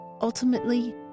ultimately